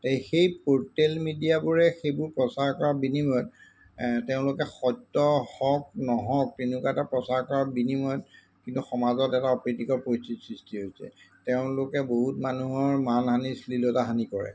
সেই পৰ্টেল মিডিয়াবোৰে সেইবোৰ প্ৰচাৰ কৰাৰ বিনিময়ত তেওঁলোকে সত্য হওক নহওক তেনেকুৱা এটা প্ৰচাৰ কৰাৰ বিনিময়ত কিন্তু সমাজত এটা অপ্ৰীতিকৰ পৰিস্থিতিৰ সৃষ্টি হৈছে তেওঁলোকে বহুত মানুহৰ মান হানি শ্লীলতা হানি কৰে